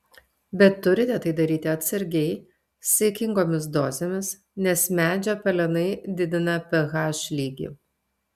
bet turite tai daryti atsargiai saikingomis dozėmis nes medžio pelenai didina ph lygį